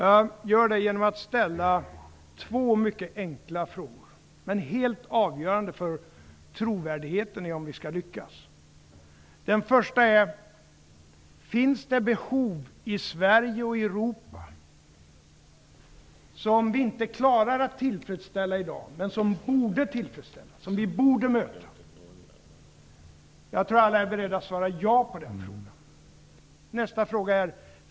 Jag gör det genom att ställa två mycket enkla frågor, som är helt avgörande för trovärdigheten i om vi skall lyckas: 1. Finns det behov i Sverige och Europa som vi inte klarar att tillfredsställa i dag men som borde tillfredsställas, som vi borde möta? Jag tror att alla är beredda att svara ja på den frågan. 2.